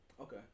Okay